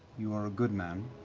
you are a good man.